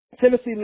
Tennessee